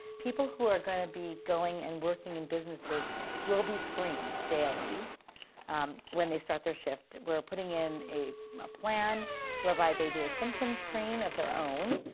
people who are going to be going and working in businesses will be screened daily when they start their shift. we're putting in a plan whereby they do a symptom screen of their own.